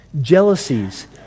jealousies